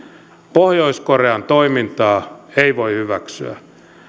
pohjois korean toimintaa ei voi hyväksyä